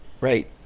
Right